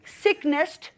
sickness